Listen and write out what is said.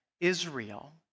Israel